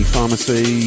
pharmacy